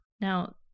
Now